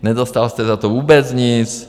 Nedostal jste za to vůbec nic.